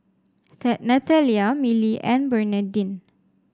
Nathalia Milly and Bernadine